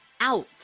out